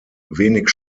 wenig